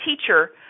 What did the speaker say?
teacher